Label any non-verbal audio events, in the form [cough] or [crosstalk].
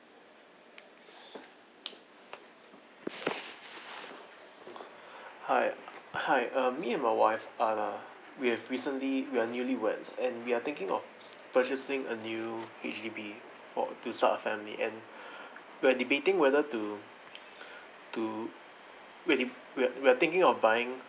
hi hi uh me my wife uh we have recently we are newly weds and we are thinking of purchasing a new H_D_B for to start a family and [breath] we're debating whether to to we're we're we're thinking of buying